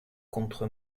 contre